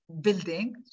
building